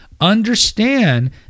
understand